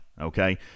okay